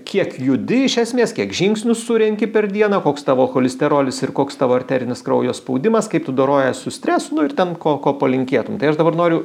kiek judi iš esmės kiek žingsnių surenki per dieną koks tavo cholisterolis ir koks tavo arterinis kraujo spaudimas kaip tu dorojies su stresu nu ir ten ko ko palinkėtum tai aš dabar noriu